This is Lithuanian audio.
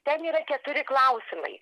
ten yra keturi klausimai